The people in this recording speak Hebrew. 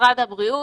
למשרד הבריאות.